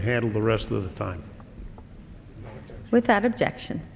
to handle the rest of the time without objection